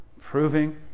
Proving